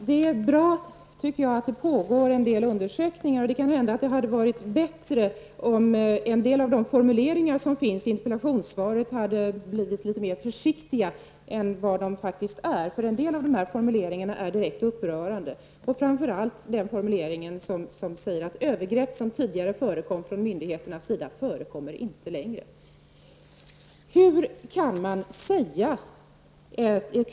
Fru talman! Det är bra, tycker jag, att det pågår en del undersökningar, och det kan hända att det hade varit bättre om en del av formuleringarna i interpellationssvaret hade blivit litet mer försiktiga än vad de faktiskt är. Några av dessa formuleringar är direkt upprörande, och framför allt den här formuleringen: ''Övergrepp som tidigare förekom från myndigheternas sida förekommer inte längre.''